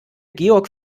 georg